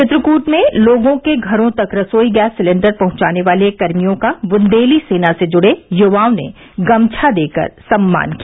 चित्रकूट में लोगों के घरों तक रसोई गैस सिलेण्डर पहुंचाने वाले कर्मियों का बुन्देली सेना से जुड़े युवाओं ने गमछा देकर सम्मान किया